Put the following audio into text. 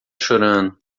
chorando